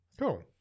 Cool